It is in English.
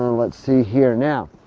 let's see here. now,